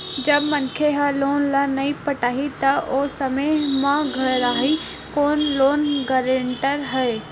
जब मनखे ह लोन ल नइ पटाही त ओ समे म घेराही कोन लोन गारेंटर ह